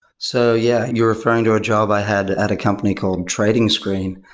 so, yeah. you're referring to a job i had at a company called tradingscreen,